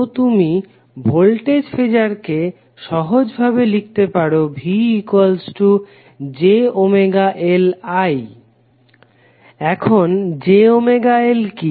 তো তুমি ভোল্টেজ ফেজারকে সহজভাবে লিখতে পারো VjωLI এখন jωL কি